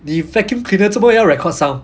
你 vacuum cleaner 做么要 record sound